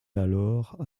alors